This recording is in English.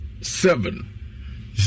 seven